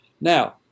Now